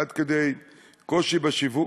עד כדי קושי בשיווק.